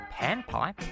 panpipe